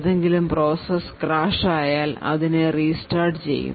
ഏതെങ്കിലും process crash ആയാൽ അതിനെ റീസ്റ്റാർട്ട്ചെയ്യും